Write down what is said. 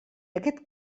aquest